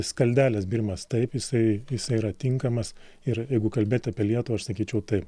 skaldelės bėrimas taip jisai jisai yra tinkamas ir jeigu kalbėt apie lietuvą aš sakyčiau taip